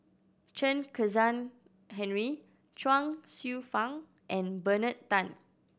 Chen Kezhan Henri Chuang Hsueh Fang and Bernard Tan